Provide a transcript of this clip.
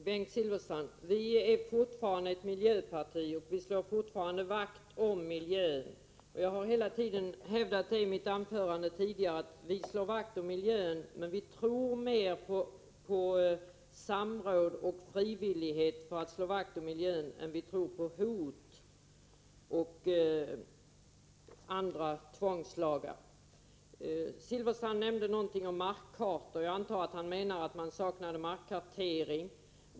Herr talman! Centern är fortfarande ett miljöparti, Bengt Silfverstrand, och centern slår fortfarande vakt om miljön. Jag har hela tiden hävdat, även i mitt anförande tidigare, att vi slår vakt om miljön. Men vi tror mer på samråd och frivillighet när det gäller att slå vakt om miljön än vi tror på hot och andra tvångslagar. Bengt Silfverstrand nämnde något om markkarta. Jag antar att han menar att man saknade markkartering.